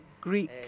Greek